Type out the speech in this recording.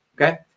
okay